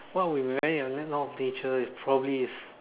what would I invent if a law of nature is probably is